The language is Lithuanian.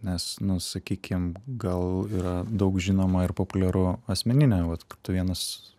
nes nu sakykim gal yra daug žinoma ir populiaru asmeninė vat kur tu vienas